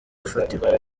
afatwa